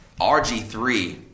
RG3